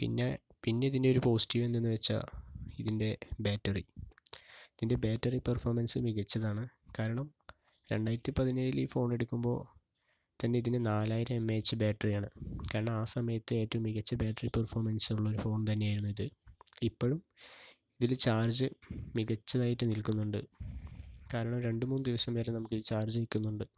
പിന്നേ പിന്നെ ഇതിന്റെയൊരു പോസിറ്റീവ് എന്തെന്ന് വെച്ചാൽ ഇതിൻ്റെ ബേറ്ററി ഇതിൻ്റെ ബേറ്ററി പെർഫോമൻസ് മികച്ചതാണ് കാരണം രണ്ടായിരത്തിപ്പതിനേഴിൽ ഈ ഫോണെടുക്കുമ്പോൾ തന്നെ ഇതിന് നാലായിരം എം എ എച്ച് ബേറ്ററിയാണ് കാരണം ആ സമയത്ത് ഏറ്റവും മികച്ച ബേറ്ററി പെർഫോമൻസുള്ള ഫോൺ തന്നെയായിരുന്നു ഇത് ഇപ്പോഴും ഇതില് ചാർജ് മികച്ചതായിട്ട് നിൽക്കുന്നുണ്ട് കാരണം രണ്ട് മൂന്ന് ദിവസം വരെ നമുക്ക് ചാർജ് നിൽക്കുന്നുണ്ട്